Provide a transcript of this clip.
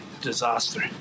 disaster